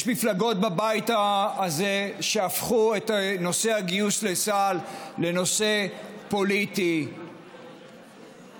יש מפלגות בבית הזה שהפכו את נושא הגיוס לצה"ל לנושא פוליטי שלהן,